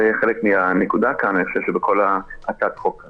זה חלק מן הנקודה כאן בהצעת החוק.